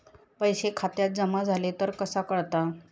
पैसे खात्यात जमा झाले तर कसा कळता?